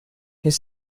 his